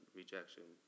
rejection